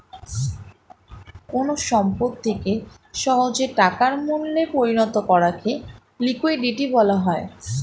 কোন সম্পত্তিকে সহজে টাকার মূল্যে পরিণত করাকে লিকুইডিটি বলা হয়